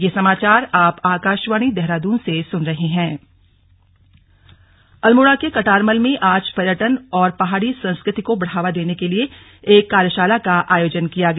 slug कार्यशाला अल्मोड़ा के कटारमल में आज पर्यटन और पहाड़ी संस्कृति को बढ़ावा देने के लिए एक कार्यशाला का आयोजन किया गया